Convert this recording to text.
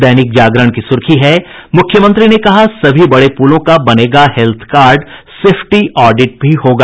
दैनिक जागरण की सुर्खी है मुख्यमंत्री ने कहा सभी बड़े पुलों का बनेगा हेत्थ कार्ड सेफ्टी ऑडिट भी होगा